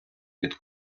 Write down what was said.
від